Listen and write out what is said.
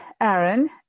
Aaron